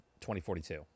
2042